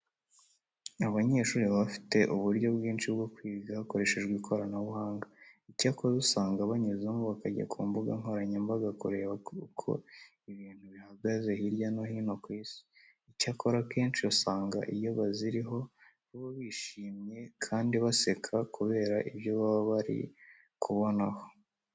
Abanyeshuri baba bafite uburyo bwinshi bwo kwiga hakoreshejwe ikoranabuhanga. Icyakora usanga banyuzamo bakajya ku mbuga nkoranyambaga kureba uko ibintu bihagaze hirya no hino ku isi. Icyakora, akenshi usanga iyo baziriho baba bashimye kandi baseka kubera ibyo baba bari kubonaho.